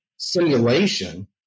simulation